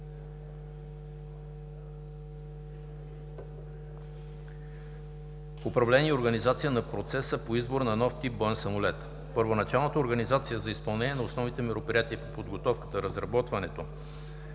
Управление и организация на процеса по избор на нов тип боен самолет Първоначалната организация за изпълнение на основните мероприятия по подготовката, разработването